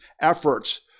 efforts